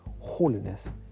holiness